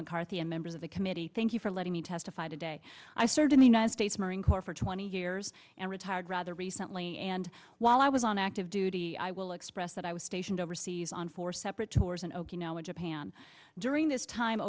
mccarthy and members of the committee thank you for letting me testify today i served in the united states marine corps for twenty years and retired rather recently and while i was on active duty i will express that i was stationed overseas on four separate tours in okinawa japan during this time